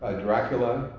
ah dracula,